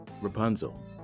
Rapunzel